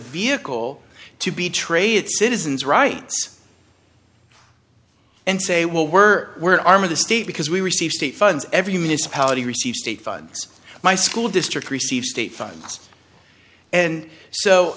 vehicle to be traded citizens rights and say well we're we're arm of the state because we receive state funds every municipality receives state funds my school district receives state funds and so